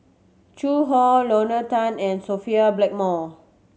Zhu Hong Lorna Tan and Sophia Blackmore